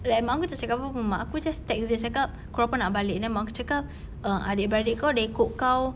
like mak aku tak cakap apa-apa pun mak aku just text dia cakap pukul berapa nak balik then mak aku cakap err adik beradik kau sudah ikut kau